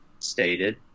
stated